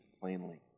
plainly